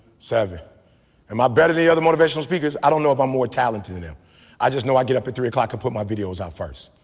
seven and my better the other motivational speakers. i don't know if i'm more talented to them i just know i get up at three o'clock. i could put my videos out first.